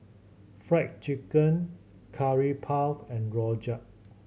Fried Chicken Curry Puff and rojak